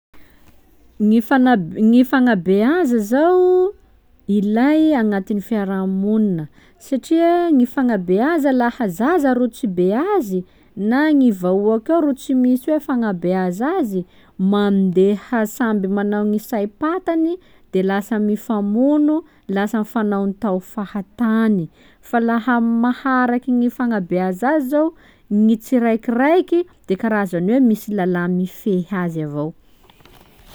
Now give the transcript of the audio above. Gny fagnabi- gny fagnabeaza zao ilay agnatiny fiaraha-monina satria gny fagnabeaza laha zaza ro tsy beazy na gny vahoaky ao ro tsy misy hoe fagnabeaza azy, mandeha samby manao gny saim-pantany de lasa mifamono, lasa mifanaontao fahatany, fa laha maharaky gny fagnabeaza azy zô gny tsiraikiraiky de karazany hoe misy lalà mifehy azy avao.